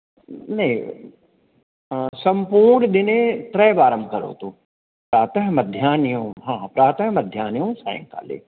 नै सम्पूर्णदिने त्रिवारं करोतु प्रातः मध्याह्ने हा हा प्रातः मध्याह्नौ सायङ्काले